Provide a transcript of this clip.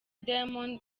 diamond